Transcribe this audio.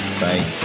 Bye